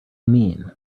mean